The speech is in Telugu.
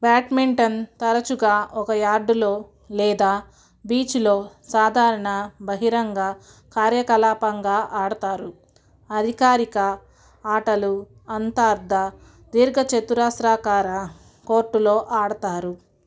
బ్యాడ్మింటన్ తరచుగా ఒక యార్డులో లేదా బీచ్లో సాధారణ బహిరంగ కార్యకలాపంగా ఆడతారు అధికారిక ఆటలు అంతర్ధ దీర్ఘచతురస్రాకార కోర్టులో ఆడతారు